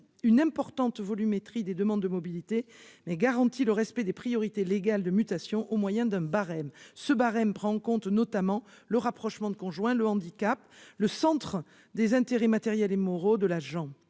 une importante volumétrie des demandes de mobilités et garantit le respect des priorités légales de mutation au moyen d'un barème. Celui-ci prend notamment en compte le rapprochement de conjoints, le handicap, le centre des intérêts matériels et moraux de l'agent.